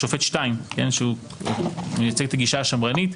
והשופט שטיין שמייצג את הגישה השמרנית,